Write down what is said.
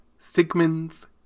Sigmunds